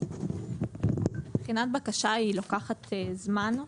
בחינת בקשה לוקחת זמן.